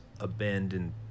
abandoned